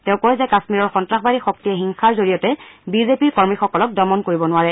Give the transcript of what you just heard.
তেওঁ কয় যে কাশ্মীৰৰ সন্তাসবাদী শক্তিয়ে হিংসাৰ জৰিয়তে বিজেপিৰ কৰ্মীসকলক দমন কৰিব নোৱাৰে